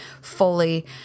fully